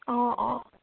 অঁ অঁ